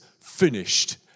finished